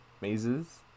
mazes